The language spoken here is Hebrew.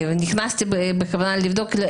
נכנסתי בכוונה לבדוק,